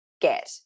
get